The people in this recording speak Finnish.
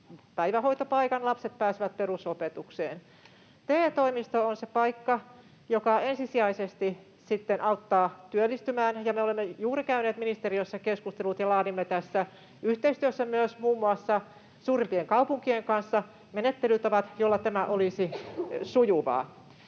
päivähoitopaikan ja lapset pääsevät perusopetukseen. TE-toimisto on se paikka, joka ensisijaisesti sitten auttaa työllistymään. Me olemme juuri käyneet ministeriössä keskustelut ja laadimme tässä yhteistyössä myös muun muassa suurimpien kaupunkien kanssa menettelytavat, joilla tämä olisi sujuvaa.